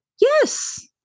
Yes